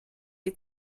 die